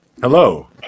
Hello